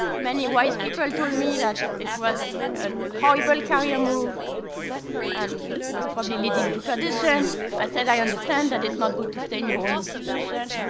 many wise people told me that it was an horrible career move and was probably leading to perdition. i said, i understand that it's not good to stay in your own institution.